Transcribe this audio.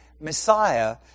Messiah